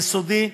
יסודי,